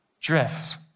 drifts